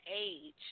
age